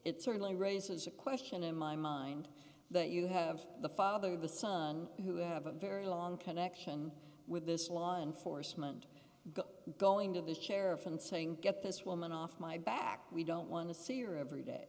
it certainly raises a question in my mind that you have the father the son who have a very long connection with this law enforcement going to the sheriff and saying get this woman off my back we don't want to see your every day